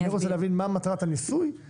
אני רוצה להבין מה מטרת הניסוי,